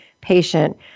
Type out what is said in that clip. patient